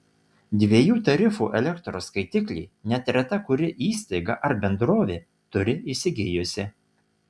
dviejų tarifų elektros skaitiklį net reta kuri įstaiga ar bendrovė turi įsigijusi